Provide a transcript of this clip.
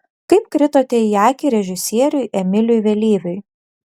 kaip kritote į akį režisieriui emiliui vėlyviui